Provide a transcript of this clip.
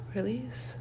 Release